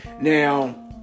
Now